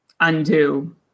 Undo